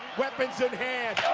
weapons in hand.